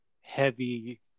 heavy